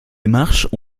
démarches